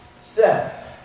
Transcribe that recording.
says